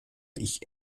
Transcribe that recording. ich